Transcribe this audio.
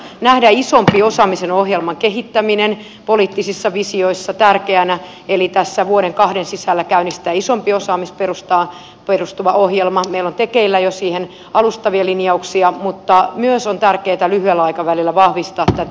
nähdä isompi osaamisen kehittämisen ohjelma poliittisissa visioissa tärkeänä eli tässä vuoden kahden sisällä käynnistää isompi osaamisperustaan perustuva ohjelma meillä on tekeillä jo siihen alustavia linjauksia mutta myös on tärkeätä lyhyellä aikavälillä vahvistaa tätä